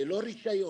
ללא רישיון,